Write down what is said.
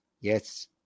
yes